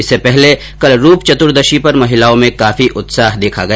इससे पहले कल रूपचतुर्दशी पर महिलाओं में काफी उत्साह देखा गया